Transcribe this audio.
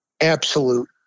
absolute